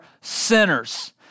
sinners